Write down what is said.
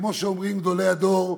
כמו שאומרים גדולי הדור,